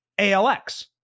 ALX